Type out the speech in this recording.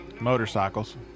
Motorcycles